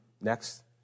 next